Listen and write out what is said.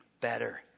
better